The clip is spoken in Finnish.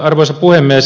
arvoisa puhemies